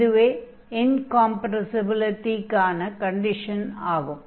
இதுவே இன்காம்ப்ரெஸிபிலிடிக்கான கண்டிஷன் ஆகும்